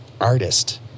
artist